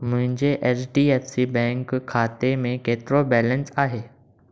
मुंहिंजे H D F C bank खाते में केतिरो बैलेंसु आहे